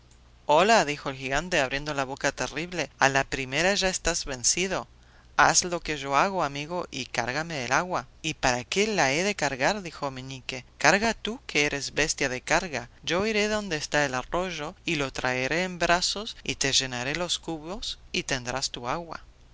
hola dijo el gigante abriendo la boca terrible a la primera ya estás vencido haz lo que yo hago amigo y cárgame el agua y para qué la he de cargar dijo meñique carga tú que eres bestia de carga yo iré donde está el arroyo y lo traeré en brazos y te llenaré los cubos y tendrás tu agua